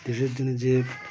দেশের জন্য যে